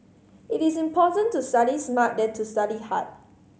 it is important to study smart than to study hard